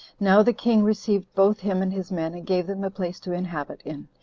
now the king received both him and his men, and gave them a place to inhabit in.